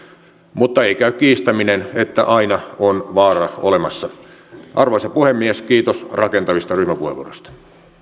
mutta ei käy kiistäminen että aina on vaara olemassa arvoisa puhemies kiitos rakentavista ryhmäpuheenvuoroista